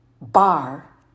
bar